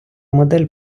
модель